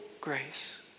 grace